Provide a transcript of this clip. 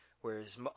whereas